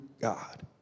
God